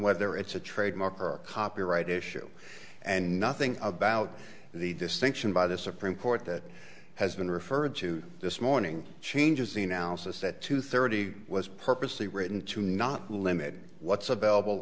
whether it's a trademark or a copyright issue and nothing about the distinction by the supreme court that has been referred to this morning changes the analysis at two thirty was purposely written to not limit what's available